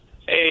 Hey